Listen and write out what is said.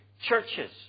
churches